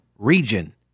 Region